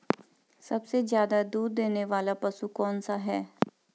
सबसे ज़्यादा दूध देने वाला पशु कौन सा है?